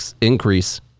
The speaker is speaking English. increase